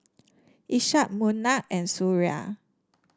Ishak Munah and Suria